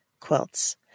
quilts